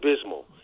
abysmal